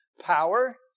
power